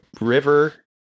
river